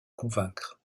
convaincre